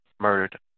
Murdered